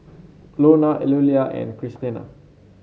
Lonna Eulalia and Christena